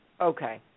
Okay